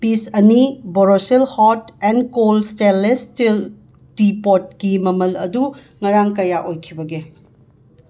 piece ꯑꯅꯤ Borosil hot n cold stainless steel ꯇꯤ ꯄꯣꯠꯀꯤ ꯃꯃꯜ ꯑꯗꯨ ꯉꯔꯥꯡ ꯀꯌꯥ ꯑꯣꯏꯈꯤꯕꯒꯦ